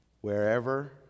Wherever